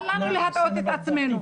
אל לנו להטעות את עצמנו.